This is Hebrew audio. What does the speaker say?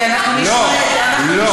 לא, לא.